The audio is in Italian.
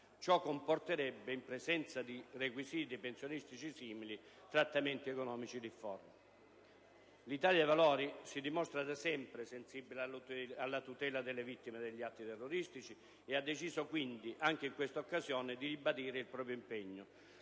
Ciò comporterebbe, in presenza di requisiti pensionistici simili, trattamenti economici difformi. L'Italia dei Valori si dimostra da sempre sensibile alla tutela delle vittime degli atti terroristici e ha deciso quindi, anche in questa occasione, di ribadire il proprio impegno.